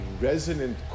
resonant